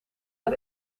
uit